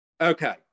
okay